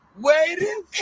Waiting